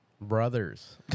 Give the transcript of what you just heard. brothers